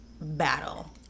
battle